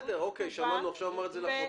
בסדר, אבל שמענו עכשיו, הוא אמר את זה לפרוטוקול.